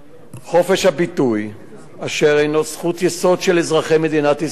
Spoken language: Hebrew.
חופש הביטוי הוא זכות יסוד של אזרחי מדינת ישראל.